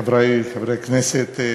חברי חברי הכנסת,